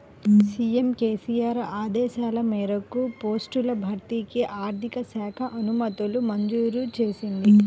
CM KCR ఆదేశాల మేరకు పోస్టుల భర్తీకి ఆర్థిక శాఖ అనుమతులు మంజూరు చేసింది